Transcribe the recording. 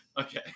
Okay